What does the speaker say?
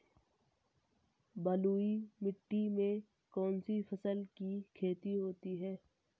बलुई मिट्टी में कौनसी फसल की खेती होती है?